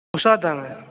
உஷா தாங்க